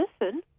listen